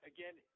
Again